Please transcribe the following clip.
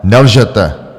Nelžete!